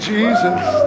Jesus